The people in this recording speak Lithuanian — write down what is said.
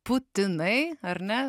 putinai ar ne